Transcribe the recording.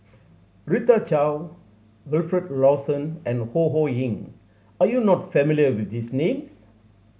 Rita Chao Wilfed Lawson and Ho Ho Ying are you not familiar with these names